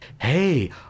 hey